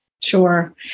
Sure